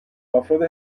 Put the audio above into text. افراد